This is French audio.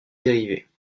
dérivées